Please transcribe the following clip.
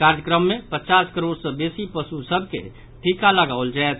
कार्यक्रम मे पचास करोड़ सॅ बेसी पशु सभ के टीका लगाओल जायत